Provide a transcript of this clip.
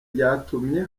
ryatumye